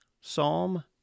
Psalm